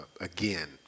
again